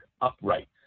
upright